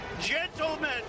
Gentlemen